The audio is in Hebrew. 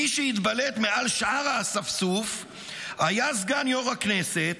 מי שהתבלט מעל שאר האספסוף היה סגן יו"ר הכנסת,